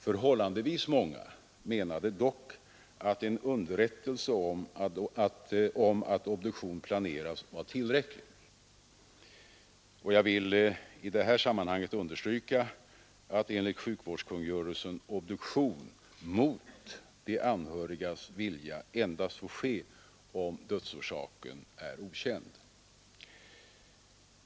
Förhållandevis många menade dock att en underrättelse om att obduktion planeras var tillräckligt. Jag vill i detta sammanhang understryka att enligt sjukvårdskungörelsen får obduktion mot de anhörigas vilja endast ske om dödsorsaken är okänd.